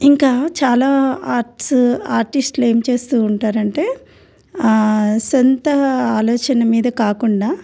ఇంకా చాలా ఆర్ట్స్ ఆర్టిస్ట్లు ఏం చేస్తూ ఉంటారంటే సొంత ఆలోచన మీద కాకుండా